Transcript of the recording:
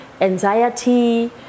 anxiety